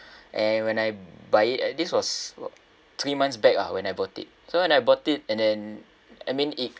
and when I buy it and this was three months back ah when I bought it so when I bought it and then I mean it